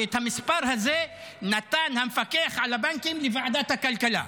ואת המספר הזה נתן המפקח על הבנקים לוועדת הכלכלה.